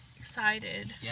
Excited